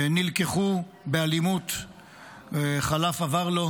נלקחו באלימות חלף עבר לו,